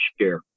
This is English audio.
share